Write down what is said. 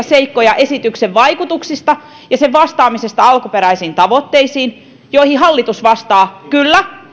seikkoihin esityksen vaikutuksista ja esityksen vastaamisesta alkuperäisiin tavoitteisiin hallitus vastaa kyllä